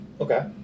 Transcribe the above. Okay